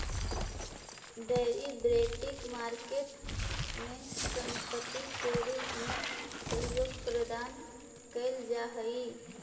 derivative market में संपत्ति के रूप में सहयोग प्रदान कैल जा हइ